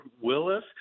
Willis